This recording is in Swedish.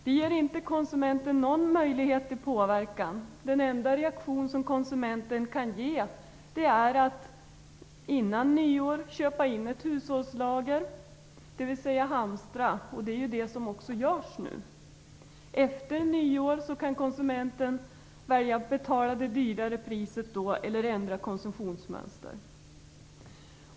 Det ger inte konsumenten någon möjlighet till påverkan. Den enda reaktion som konsumenten kan visa är att innan nyår köpa in ett hushållslager, dvs. hamstra, och det görs också nu. Efter nyår kan konsumenten välja att betala det dyrare priset eller ändra konsumtionsmönster.